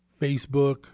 Facebook